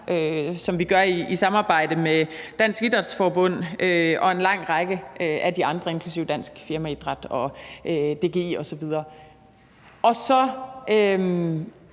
og det sker i samarbejde med Danmarks Idrætsforbund og en lang række af de andre forbund, inklusive Dansk Firmaidræt og DGI osv. Så